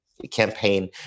campaign